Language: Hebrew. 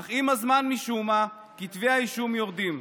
אך עם הזמן, משום מה, כתבי האישום יורדים.